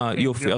יופי,